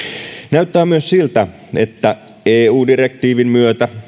näyttää myös siltä että eu direktiivin myötä